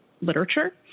literature